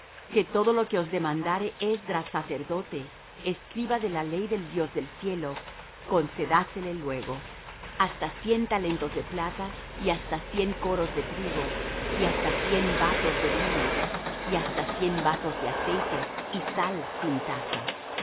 que todo lo que os demandare esdras sacerdote escriba de la ley del dios del cielo concédase le luego hasta cien talentos de plata y hasta cien coros de trigo y hasta cien batos de vino y hasta